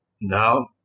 Now